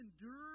endure